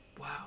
Wow